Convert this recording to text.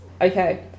Okay